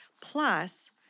plus